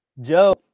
Joe